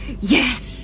Yes